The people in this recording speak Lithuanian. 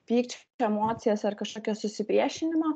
pykčio emocijas ar kažkokio susipriešinimo